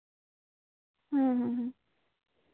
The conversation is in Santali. ᱦᱮᱸ ᱦᱮᱸ ᱦᱮᱸ